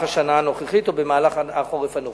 השנה הנוכחית או במהלך החורף הנוכחי.